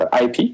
IP